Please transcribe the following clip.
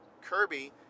Kirby